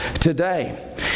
today